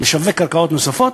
לשווק קרקעות נוספות,